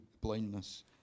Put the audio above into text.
blindness